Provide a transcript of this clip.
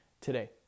today